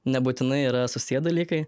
nebūtinai yra susiję dalykai